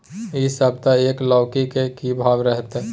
इ सप्ताह एक लौकी के की भाव रहत?